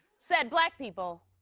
said black people.